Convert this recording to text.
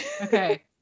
Okay